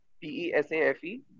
P-E-S-A-F-E